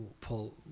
pull